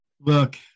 Look